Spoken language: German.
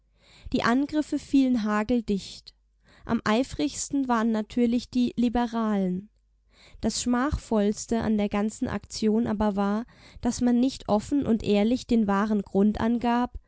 die angriffe fielen hageldicht am eifrigsten waren natürlich die liberalen das schmachvollste an der ganzen aktion aber war daß man nicht offen und ehrlich den wahren grund angab